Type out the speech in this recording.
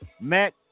Matt